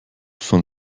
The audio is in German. von